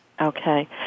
Okay